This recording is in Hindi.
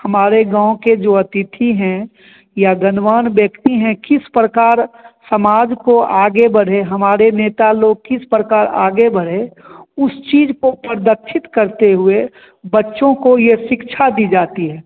हमारे गाँव के जो अतिथि हैं या गुणवान व्यक्ति है किस प्रकार समाज को आगे बढ़े हमारे नेता लोग किस प्रकार आगे बढ़े उस चीज़ को परदक्षित करते हुए बच्चों को यह शिक्षा दी जाती है